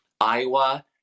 Iowa